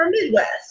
Midwest